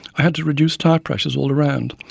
i had to reduce tyre pressures all round,